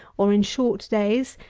or in short days,